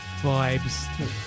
vibes